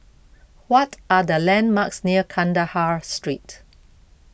what are the landmarks near Kandahar Street